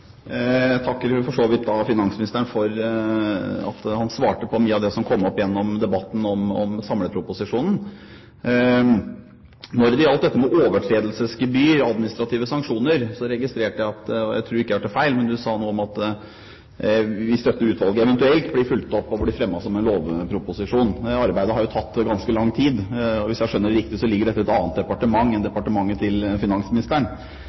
så vidt finansministeren for at han svarte på mye av det som kom opp i debatten om samleproposisjonen. Når det gjaldt dette med overtredelsesgebyr, administrative sanksjoner, så registrerte jeg – og jeg tror ikke jeg hørte feil – at du sa noe om at dette utvalgets utredning «eventuelt» blir fulgt opp med en lovproposisjon. Det arbeidet har jo tatt ganske lang tid, og hvis jeg skjønner det riktig, ligger dette i et annet departement enn i departementet til finansministeren.